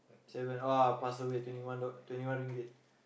seven !wah! pass away twenty one dollar twenty one Ringgit